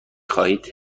خواهید